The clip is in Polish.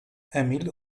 emil